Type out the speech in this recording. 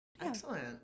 Excellent